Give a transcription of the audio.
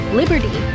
liberty